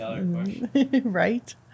right